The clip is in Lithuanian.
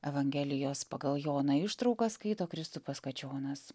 evangelijos pagal joną ištraukas skaito kristupas kačionas